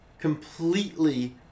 completely